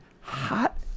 hot